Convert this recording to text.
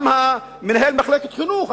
גם מנהל מחלקת החינוך,